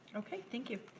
okay, thank you.